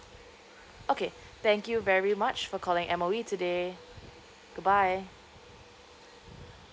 okay thank you very much for calling M_O_E today goodbye